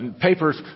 papers